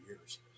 years